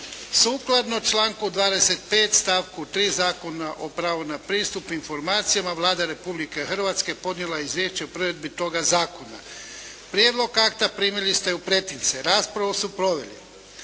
Sukladno članku 25. stavku 3. Zakona o pravu na pristup informacijama Vlada Republike Hrvatske podnijela je Izvješće o provedbi toga zakona. Prijedlog akta primili ste u pretince. Raspravu su proveli